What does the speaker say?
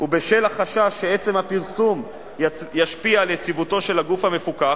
ובשל החשש שעצם הפרסום ישפיע על יציבותו של הגוף המפוקח,